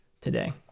today